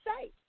say